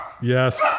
yes